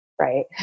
right